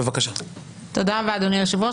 תודה היושב ראש.